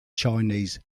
chinese